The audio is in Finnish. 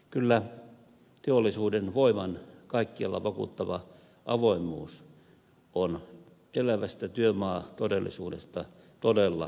kyllä teollisuuden voiman kaikkialla vakuuttava avoimuus on elävästä työmaatodellisuudesta todella kaukana